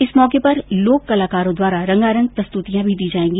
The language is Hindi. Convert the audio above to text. इस मौके पर लोककलाकारों द्वारा रंगारंग प्रस्तुतियां भी दी जायेंगी